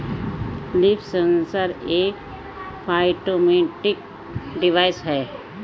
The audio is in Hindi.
लीफ सेंसर एक फाइटोमेट्रिक डिवाइस है